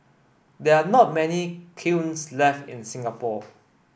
there are not many kilns left in the Singapore